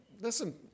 Listen